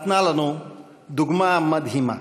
נתנה לנו דוגמה מדהימה.